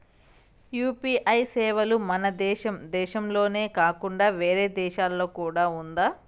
UPI సేవలు మన దేశం దేశంలోనే కాకుండా వేరే దేశాల్లో కూడా ఉందా?